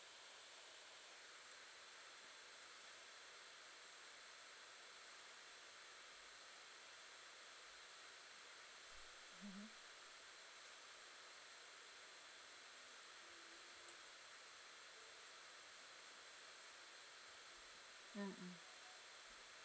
mmhmm mm mm